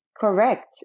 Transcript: correct